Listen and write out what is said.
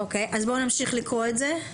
אוקיי, אז בואו נמשיך לקרוא את זה.